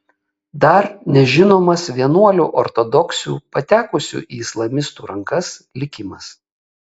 dar nežinomas vienuolių ortodoksių patekusių į islamistų rankas likimas